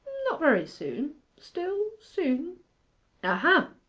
not very soon still, soon ah-ha!